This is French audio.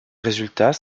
résultat